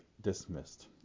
dismissed